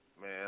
Man